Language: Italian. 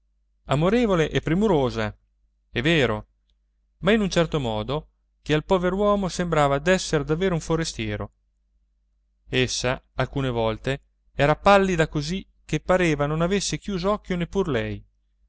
amorevole e premurosa è vero ma in certo modo che al pover'uomo sembrava d'essere davvero un forestiero essa alcune volte era pallida così che pareva non avesse chiuso occhio neppur lei